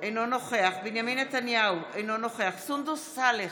אינו נוכח בנימין נתניהו, אינו נוכח סונדוס סאלח,